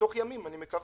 בתוך ימים, אני מקווה.